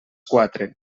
quatre